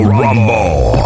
rumble